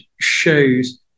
shows